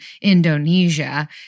Indonesia